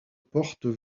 portes